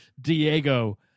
Diego